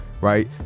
right